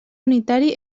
unitari